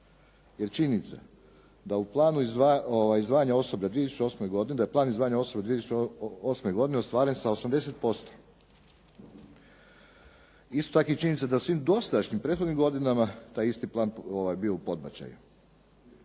jer činjenica je da je plan izdvajanja osoblja 2008. godine ostvaren sa 80%. Isto tako je činjenica da je u dosadašnjim prethodnim godinama taj isti plan bio u podbačaju.